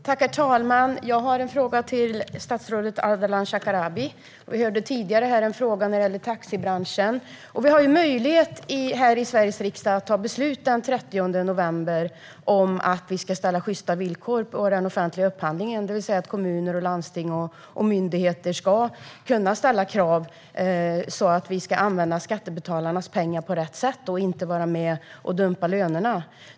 Herr talman! Jag har en fråga till statsrådet Ardalan Shekarabi. Vi hörde tidigare en fråga om taxibranschen. Vi i Sveriges riksdag har den 30 november möjlighet att fatta beslut om att det ska ställas krav på sjysta villkor i den offentliga upphandlingen, det vill säga att kommuner, landsting och myndigheter ska kunna ställa krav så att vi använder skattebetalarnas pengar på rätt sätt och inte är med och dumpar lönerna.